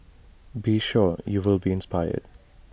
be sure you'll be inspired